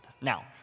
Now